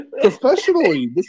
Professionally